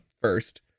first